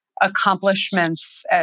accomplishments